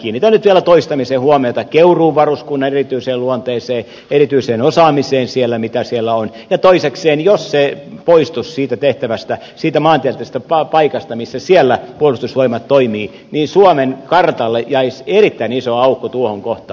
kiinnitän nyt vielä toistamiseen huomiota keuruun varuskunnan erityiseen luonteeseen erityiseen osaamiseen siellä mitä siellä on ja toisekseen jos se poistuisi siitä tehtävästä siitä maantieteellisestä paikasta missä siellä puolustusvoimat toimii niin suomen kartalle jäisi erittäin iso aukko tuohon kohtaan